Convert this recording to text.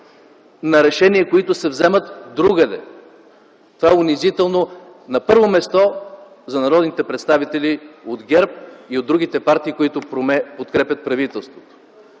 на решения, които се вземат другаде! Това е унизително, на първо място, за народните представители от ГЕРБ и от другите партии, които подкрепят правителството!